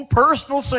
personal